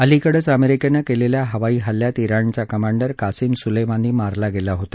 अलिकडेच अमेरिकेनं केलेल्या हवाई हल्ल्यात ज्ञाणचा कमांडर कासीम सुलेमानी मारला गेला होता